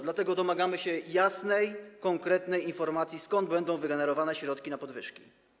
Dlatego domagamy się jasnej, konkretnej informacji, skąd będą wygenerowane środki na podwyżki.